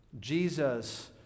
Jesus